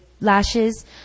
lashes